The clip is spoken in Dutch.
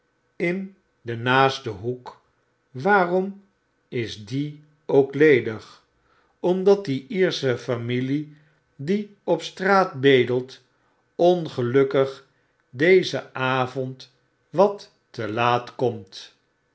in den naasten hoek waarom is die ook ledig omdat die lersche familie die op straat bedelt ongelukkig dezen avond wat te laat komt